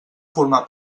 formar